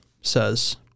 says